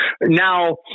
Now